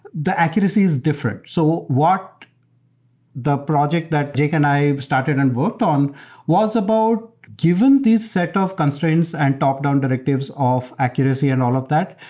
the accuracy is different. so what the project that jake and i started and worked on was about given these set of constraints and top-down directives of accuracy and all of that,